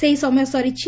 ସେହି ସମୟ ସରିଛି